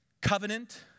Covenant